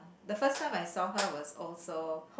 the first time I saw her was also